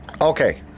Okay